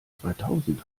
zweitausend